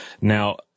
Now